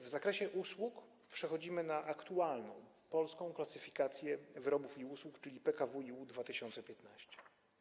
W zakresie usług przechodzimy na aktualną Polską Klasyfikację Wyrobów i Usług, czyli PKWiU 2015.